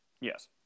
Yes